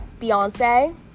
Beyonce